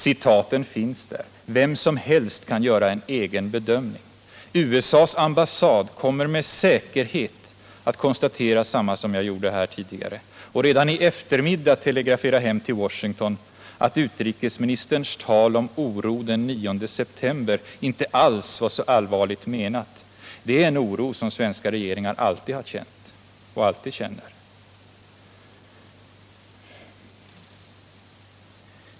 Citaten finns där och vem som helst kan göra en egen bedömning. USA:s ambassad kommer med säkerhet att konstatera detsamma som jag gjorde här tidigare och redan i eftermiddag telegrafera hem till Washington att utrikesministerns tal om oro den 9 september inte alls var så allvarligt menat. Det är en oro som svenska regeringar alltid har känt och känner.